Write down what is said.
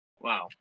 Wow